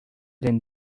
than